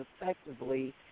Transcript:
effectively